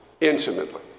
intimately